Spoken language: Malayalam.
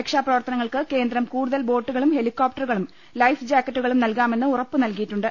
രക്ഷാപ്രവർത്തനങ്ങൾക്ക് കേന്ദ്രം കൂടുതൽ ബോട്ടുകളും ഹെലികോപ്ടറുകളും ലൈഫ് ജാക്കറ്റുകളും നൽകാമെന്ന് ഉറപ്പ് നൽകിയിട്ടുണ്ട്